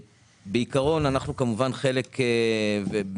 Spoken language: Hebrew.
בעיקורן אנחנו כמובן חלק ולחלוטין